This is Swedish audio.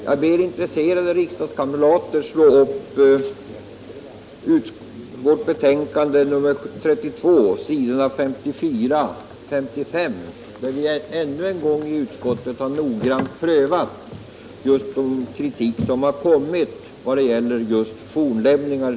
Jag ber intresserade riksdagskamrater att slå upp utskottets betänkande nr 32 s. 54 och 55, där det redogörs för hur vi i utskottet har noggrant prövat just den kritik som framförts när det gäller fornlämningar.